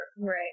Right